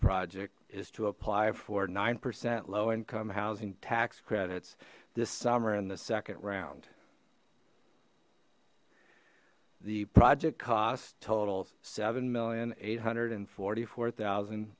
project is to apply for nine percent low income housing tax credits this summer in the second round the project cost totals seven million eight hundred and forty four thousand